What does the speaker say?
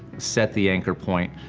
set the anchor point,